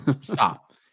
Stop